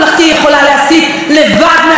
לבד מהרבנות הראשית,